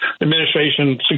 administration